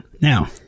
Now